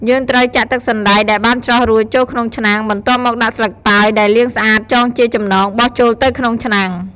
យើងត្រូវចាក់ទឹកសណ្តែកដែលបានច្រោះរួចចូលក្នុងឆ្នាំង បន្ទាប់មកដាក់ស្លឹកតើយដែលលាងស្អាតចងជាចំណង បោះចូលទៅក្នុងឆ្នាំង ។